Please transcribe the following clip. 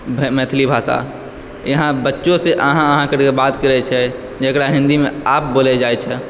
मैथिली भाषा यहाँ बच्चोसँ अहाँ अहाँ करिके बात करैत छै जकरा हिन्दीमे आप बोलल जाइ छै